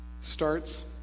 starts